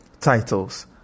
titles